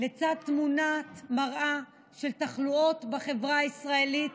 לצד תמונת מראה של תחלואות בחברה הישראלית